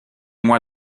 moi